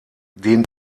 den